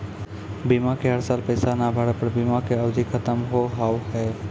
बीमा के हर साल पैसा ना भरे पर बीमा के अवधि खत्म हो हाव हाय?